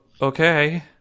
okay